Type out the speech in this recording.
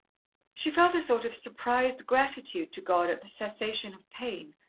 she felt a sort of surprised gratitude to god at the cessation of pain,